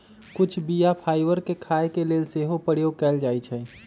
कुछ बीया फाइबर के खाय के लेल सेहो प्रयोग कयल जाइ छइ